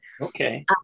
Okay